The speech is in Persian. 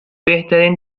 بهترین